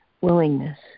willingness